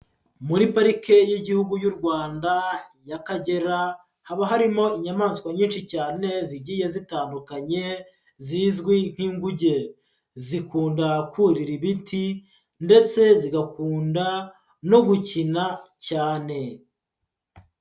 Muri Parike y'Igihugu y'u Rwanda y'Akagera haba harimo inyamaswa nyinshi cyane zigiye zitandukanye zizwi nk'inguge, zikunda kurira ibiti ndetse zigakunda no gukina cyane.